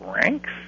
ranks